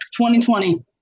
2020